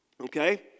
Okay